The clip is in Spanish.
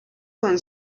con